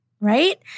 right